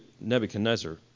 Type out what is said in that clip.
Nebuchadnezzar